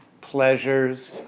pleasures